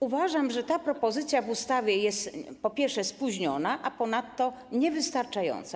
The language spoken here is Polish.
Uważam, że ta propozycja w ustawie jest, po pierwsze, spóźniona, a ponadto niewystarczająca.